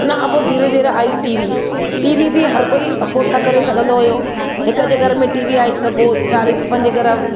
हुन खां पोइ धीरे धीरे आई टी वी टी वी बि हर कोई अफ़ोड न करे सघंदो हुओ हिकु जे घर में टी वी आई त पोइ चारिई पंज घर